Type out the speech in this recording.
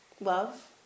love